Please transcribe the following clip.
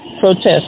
protest